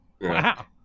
wow